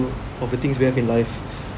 for everything in life